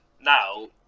now